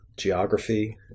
geography